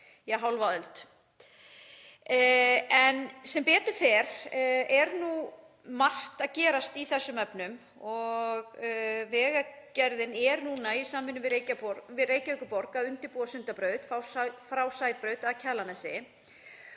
í hálfa öld. Sem betur fer er nú margt að gerast í þessum efnum og Vegagerðin er núna í samvinnu við Reykjavíkurborg að undirbúa Sundabraut frá Sæbraut að Kjalarnesi.